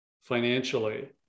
financially